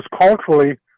culturally